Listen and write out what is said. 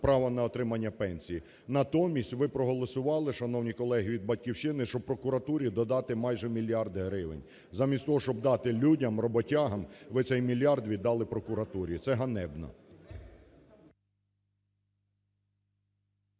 право на отримання пенсії. Натомість ви проголосували, шановні колеги від "Батьківщини", щоб прокуратурі додати майже мільярд гривень. Замість того, щоб дати людям, роботягам, ви цей мільярд віддали прокуратурі. Це ганебно.